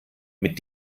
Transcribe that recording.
mit